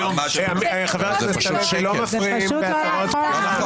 חבר הכנסת עמית, לא מפריעים בהצהרות פתיחה.